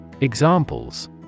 Examples